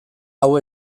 hau